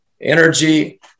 energy